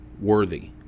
worthy